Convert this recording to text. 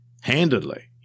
handedly